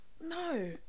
no